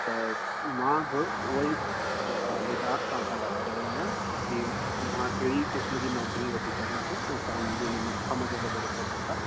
त मां बि उन्हईअ हवाले सां तव्हां सां ॻाल्हाए रहियो आहियां कि मां कहिड़ी क़िस्म जी नौकरी वठी सघां थो ऐं तव्हां उन में मुंहिंजी छा मदद करे सघो था